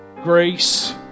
grace